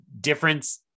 difference